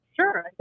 Sure